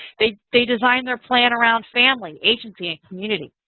they they design their plan around family, agency and community.